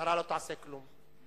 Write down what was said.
המשטרה לא תעשה כלום.